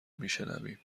میشنویم